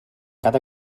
cada